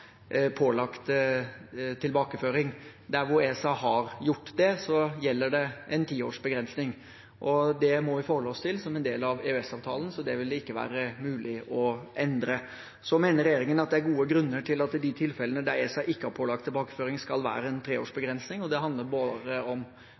pålagt tilbakeføring. Der ESA har gjort det, gjelder det en tiårsbegrensning. Det må vi forholde oss til som en del av EØS-avtalen, så det vil det ikke være mulig å endre. Så mener regjeringen at det er gode grunner til at det i de tilfellene der ESA ikke har pålagt tilbakeføring, skal være en